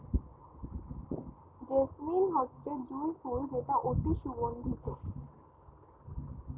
jasmine হচ্ছে জুঁই ফুল যেটা অতি সুগন্ধিত